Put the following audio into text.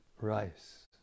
rice